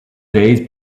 days